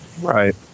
Right